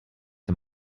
the